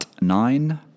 nine